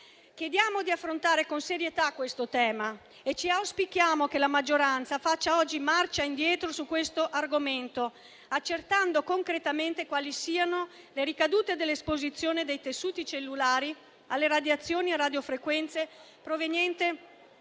Chiediamo di affrontare con serietà questo tema e auspichiamo che la maggioranza faccia oggi marcia indietro su questo argomento, accertando concretamente quali siano le ricadute dell'esposizione dei tessuti cellulari alle radiazioni e a radiofrequenze provenienti